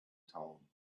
town